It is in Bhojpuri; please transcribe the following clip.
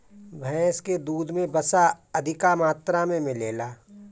भैस के दूध में वसा अधिका मात्रा में मिलेला